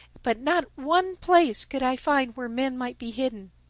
but not one place could i find where men might be hidden.